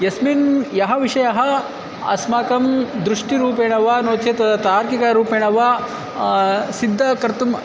यस्मिन् यः विषयः अस्माकं दृष्टिरूपेण वा नो चेत् तार्किकरूपेण वा सिद्धं कर्तुम्